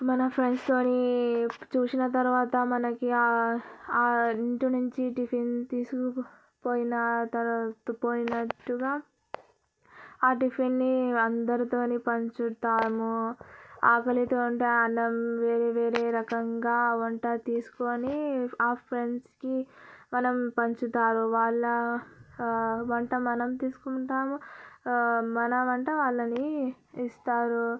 మన ఫ్రెండ్స్ తోని చూసిన తర్వాత మనకి ఇంటి నుంచి టిఫిన్ తీసుకుపోయి పోయిన తర్వా పోయినట్టుగా ఆ టిఫిన్ని అందరితోని పంచుతాము ఆకలితో ఉంటే అన్నం వెరీ వెరీ రకంగా వంట తీసుకొని మా ఫ్రెండ్స్కి మనం పంచుతారు వాళ్ల వంట మనం తీసుకుంటాము మన వంట వాళ్ళని ఇస్తారు